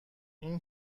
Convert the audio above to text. این